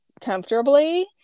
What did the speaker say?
comfortably